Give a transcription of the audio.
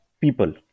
people